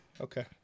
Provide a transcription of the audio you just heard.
Okay